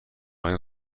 های